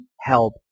help